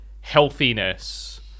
healthiness